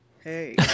Hey